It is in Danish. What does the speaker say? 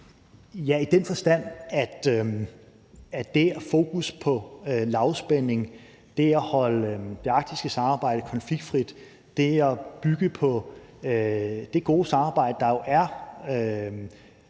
Ja, i den forstand, at det gælder det at have fokus på lavspænding, det at holde det arktiske samarbejde konfliktfrit, det at bygge på det gode samarbejde, der jo er.